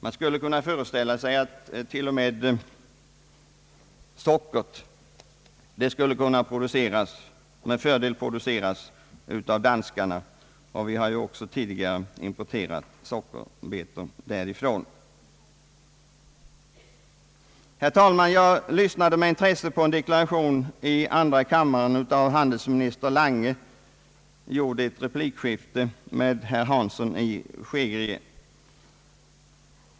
Man kan föreställa sig att t.o.m. socker med fördel skulle kunna produceras av danskarna, och vi har ju också tidigare importerat sockerbetor från Danmark. Herr talman! Jag lyssnade med intresse i går på en deklaration i andra kammaren av handelsminister Lange, gjord i ett replikskifte med herr Hansson i Skegrie.